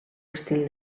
estil